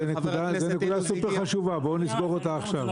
זו נקודה סופר חשובה, בואו נסגור אותה עכשיו.